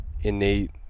innate